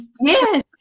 yes